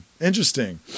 interesting